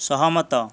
ସହମତ